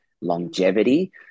Longevity